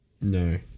no